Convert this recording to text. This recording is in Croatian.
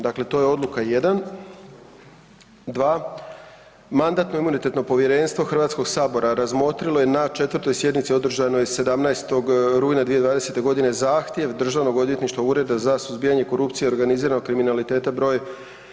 Dakle, to je odluka 1. 2. Mandatno-imunitetno povjerenstvo HS-a razmotrilo je na 4. sjednici održanoj 17. rujna 2020. g. zahtjev Državnog odvjetništva, Ureda za suzbijanje korupcije i organiziranog kriminaliteta br.